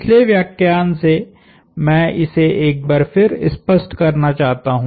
पिछले व्याख्यान से मैं इसे एक बार फिर स्पष्ट करना चाहता हूं